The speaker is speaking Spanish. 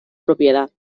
propiedad